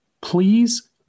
Please